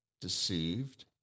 deceived